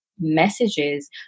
messages